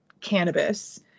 cannabis